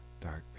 dark